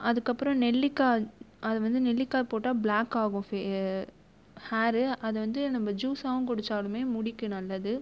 அதுக்கப்புறம் நெல்லிக்காய் அது வந்து நெல்லிக்காய் போட்டால் பிளாக்காகும் ஹேர் அது வந்து நம்ம ஜூஸாகவும் குடிச்சாலும் முடிக்கு நல்லது